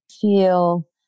feel